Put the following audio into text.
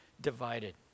divided